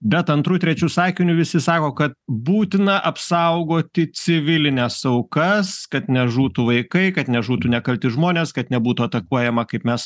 bet antru trečiu sakiniu visi sako kad būtina apsaugoti civilines aukas kad nežūtų vaikai kad nežūtų nekalti žmonės kad nebūtų atakuojama kaip mes